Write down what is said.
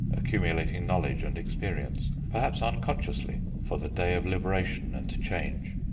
accumulating knowledge and experience, perhaps unconsciously, for the day of liberation and change.